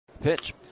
Pitch